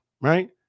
right